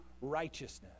righteousness